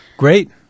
Great